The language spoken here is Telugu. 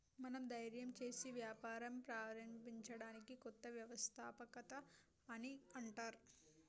మనం ధైర్యం సేసి వ్యాపారం ప్రారంభించడాన్ని కొత్త వ్యవస్థాపకత అని అంటర్